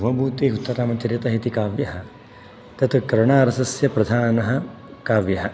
भवभूतेः उत्तररामचरितम् इति काव्यम् तत्र करुणारसस्य प्रधानं काव्यं